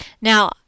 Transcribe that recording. Now